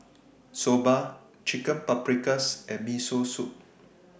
Soba Chicken Paprikas and Miso Soup